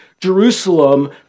Jerusalem